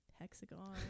hexagon